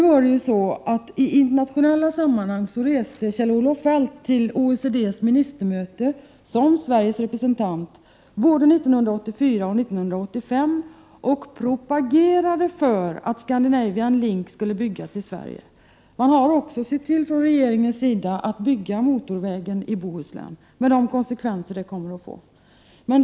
Men i internationella sammanhang reste Kjell-Olof Feldt till OECD:s ministermöte såsom Sveriges representant både 1984 och 1985. Han propagerade då för att Scandinavian Link skulle byggas i Sverige. Regeringen har även tillåtit byggandet av motorvägen i Bohuslän med de konsekvenser detta kommer att få.